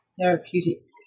therapeutics